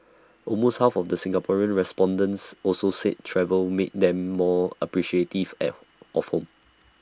almost half of the Singaporean respondents also said travel made them more appreciative of home